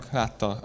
látta